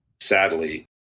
sadly